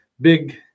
big